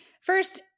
first